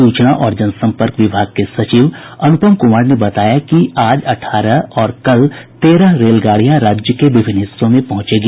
सूचना और जन सपंर्क विभाग के सचिव अनूपम कुमार ने बताया कि आज अठारह और कल तेरह रेलगाड़ियां राज्य के विभिन्न हिस्सों में पहुंचेगी